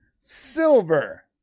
Silver